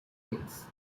dates